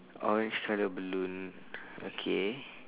orange colour balloon okay